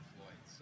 Floyd